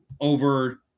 over